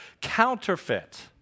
counterfeit